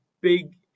big